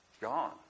gone